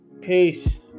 Peace